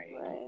Right